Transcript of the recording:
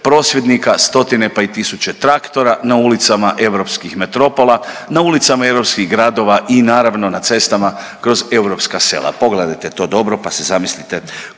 prosvjednika, stotine pa i tisuće traktora na ulicama europskih metropola, na ulicama europskih gradova i naravno na cestama kroz europska sela. Pogledajte to dobro pa se zamislite